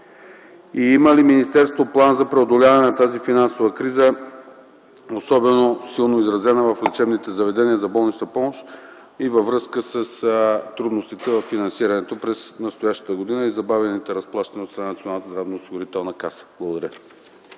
Има ли министерството план за преодоляване на тази финансова криза, особено силно изразена в лечебните заведения за болнична помощ и във връзка с трудностите за финансирането през настоящата година и забавените разплащания от страна на Националната здравноосигурителна каса? Благодаря